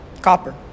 copper